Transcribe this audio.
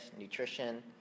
nutrition